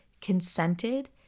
consented